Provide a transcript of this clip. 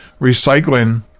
recycling